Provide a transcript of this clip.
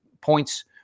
points